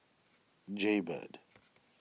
Jaybird